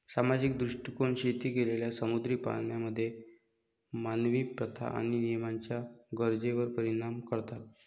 सामाजिक दृष्टीकोन शेती केलेल्या समुद्री प्राण्यांमध्ये मानवी प्रथा आणि नियमांच्या गरजेवर परिणाम करतात